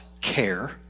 care